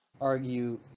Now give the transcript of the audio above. argue